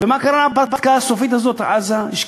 ומה קרה בהרפתקה הסופית הזאת, עזה?